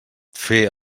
fer